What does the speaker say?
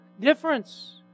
Difference